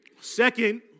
Second